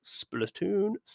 Splatoon